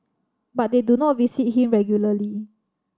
but they do not visit him regularly